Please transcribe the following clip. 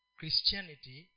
Christianity